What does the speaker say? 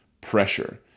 pressure